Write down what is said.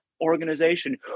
Organization